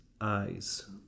eyes